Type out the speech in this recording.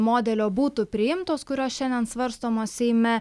modelio būtų priimtos kurios šiandien svarstomos seime